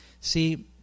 See